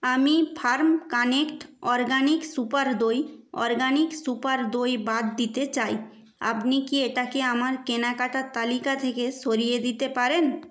আমি farm connect organic super দই organic super দই বাদ দিতে চাই আপনি কি এটাকে আমার কেনাকাটার তালিকা থেকে সরিয়ে দিতে পারেন